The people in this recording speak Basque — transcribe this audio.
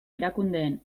erakundeen